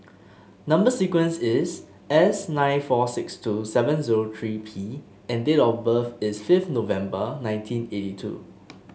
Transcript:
number sequence is S nine four six two seven zero three P and date of birth is fifth November nineteen eighty two